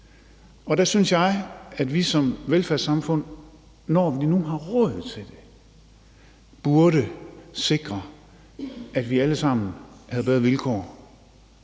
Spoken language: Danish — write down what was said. Der synes jeg, at vi som velfærdssamfund, når vi nu har råd til det, burde sikre, at vi alle sammen havde bedre vilkår,